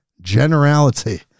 generality